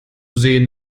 sehen